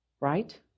right